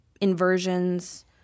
inversions